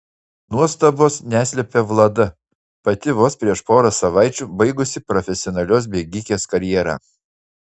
nuostabos neslepia vlada pati vos prieš porą savaičių baigusi profesionalios bėgikės karjerą